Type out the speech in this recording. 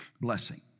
blessing